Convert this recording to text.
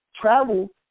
Travel